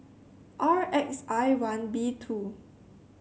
R X I one B two